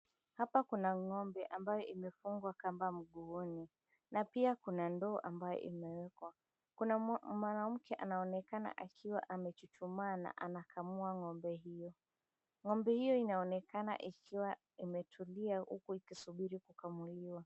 Hapa kuna ng’ombe, ambayo imefungwa kamba mguuni, na pia kuna ndoo ambayo imeekwa. Kuna mwanamke anaonekana akiwa amechuchumaa na anakamua ng’ombe hiyo. Ng’ombe hiyo inaonekana ikiwa imetulia huku ikisubiri kukamuliwa.